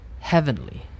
heavenly